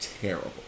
terrible